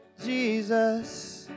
Jesus